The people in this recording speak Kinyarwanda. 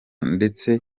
ndetse